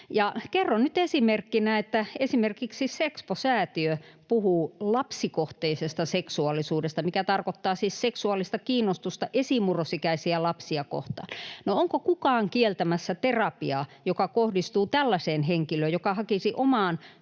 kerron nyt esimerkkinä, että esimerkiksi Sexpo-säätiö puhuu lapsikohteisesta seksuaalisuudesta, mikä tarkoittaa siis seksuaalista kiinnostusta esimurrosikäisiä lapsia kohtaan. No, onko kukaan kieltämässä terapiaa, joka kohdistuu tällaiseen henkilöön, joka hakisi omaan